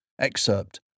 Excerpt